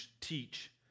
teach